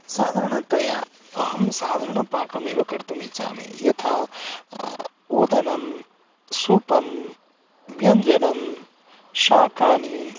साधारणतया अहं साधारणं पाकम् एव कर्तुम् इच्छामि यथा ओदनं सूपं व्यञ्जनं शाकानि